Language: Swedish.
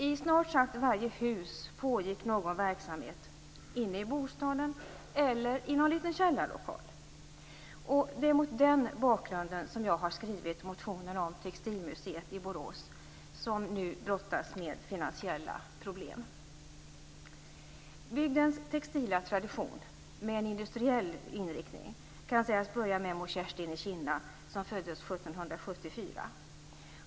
I snart sagt varje hus pågick någon verksamhet inne i någon bostad eller i någon liten källarlokal. Det är mot den bakgrunden som jag har skrivit motionen om Textilmuseet i Borås, vilket nu brottas med finansiella problem. Bygdens textila tradition, med en industriell inriktning, kan sägas börja med Mor Kerstin i Kinna, som föddes 1774.